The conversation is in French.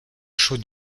chauds